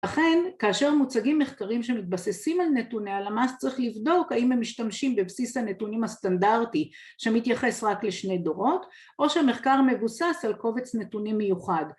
‫לכן, כאשר מוצגים מחקרים ‫שמתבססים על נתוני הלמ"ס צריך לבדוק ‫האם הם משתמשים בבסיס ‫הנתונים הסטנדרטי ‫שמתייחס רק לשני דורות, ‫או שהמחקר מבוסס על קובץ נתוני מיוחד.